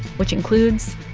which includes.